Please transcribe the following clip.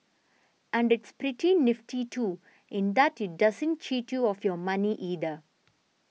and it's pretty nifty too in that it doesn't cheat you of your money either